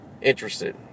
interested